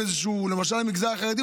למשל המגזר החרדי,